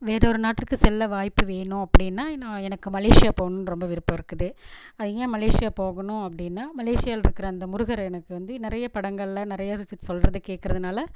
வேறொரு நாட்டிற்கு செல்ல வாய்ப்பு வேணும் அப்படினா நான் எனக்கு மலேஷியா போகணும்னு ரொம்ப விருப்பம் இருக்குது ஏன் மலேஷியா போகணும் அப்படினா மலேஷியாவில் இருக்கிற அந்த முருகர் எனக்கு வந்து நிறைய படங்களில் நிறைய விசிட் சொல்கிறத கேட்குறதுனால